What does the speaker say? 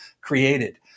created